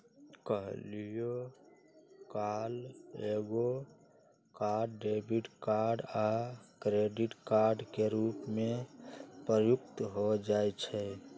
कहियो काल एकेगो कार्ड डेबिट कार्ड आ क्रेडिट कार्ड के रूप में प्रयुक्त हो जाइ छइ